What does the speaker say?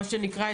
מה שנקרא,